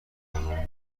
بانوان